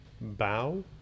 bow